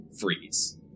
freeze